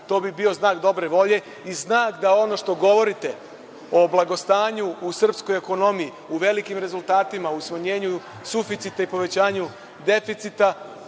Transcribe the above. To bi bio znak dobre volje i znak da ono što govorite o blagostanju u srpskoj ekonomiji, u velikim rezultatima, u smanjenju suficita i povećanju deficita,